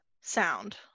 sound